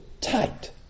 tight